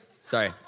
Sorry